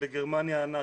בגרמניה הנאצית.